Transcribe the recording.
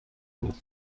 بود